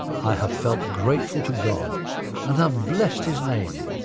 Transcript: i have felt grateful to god and have blessed his name.